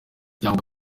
cyangwa